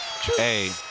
Hey